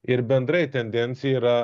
ir bendrai tendencija yra